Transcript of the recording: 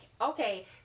okay